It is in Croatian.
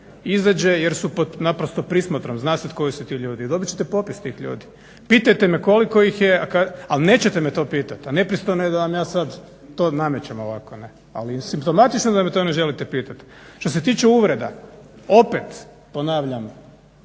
Izađe jer su naprosto pod prismotrom. Zna se koji su to ljudi, dobit ćete popis tih ljudi. Pitajte me koliko ih je. Ali nećete me to pitati, a nepristojno je da vam ja sad to namećem ovako, ali simptomatično je da me to ne želite pitati. Što se tiče uvreda, opet ponavljam